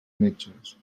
metges